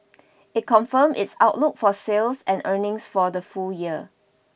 it confirmed its outlook for sales and earnings for the full year